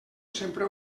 sempre